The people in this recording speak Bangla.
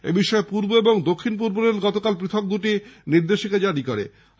এব্যাপারে পূর্ব ও দক্ষিণপূর্ব রেল গতকাল পৃথক দুটি নির্দেশিকা জারি করেছে